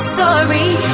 sorry